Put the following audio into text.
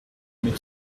mais